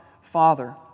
Father